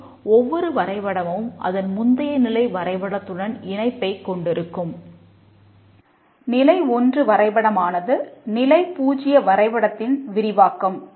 மற்றும் ஒவ்வொரு வரைபடமும் அதன் முந்திய நிலை வரைபடத்துடன் இணைப்பைக் கொண்டிருக்கும் நிலை 1 வரைபடமானது நிலை 0 வரைபடத்தின் விரிவாக்கம்